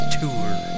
tour